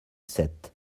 sept